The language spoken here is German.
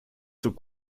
zur